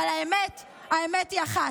אבל האמת, האמת היא אחת: